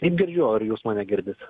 taip girdžiu ar jūs mane girdit